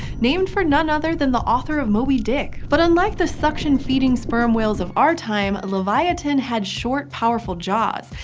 named for none other than the author of moby dick! but unlike the suction-feeding sperm whales of our times, livyatan had short, powerful jaws.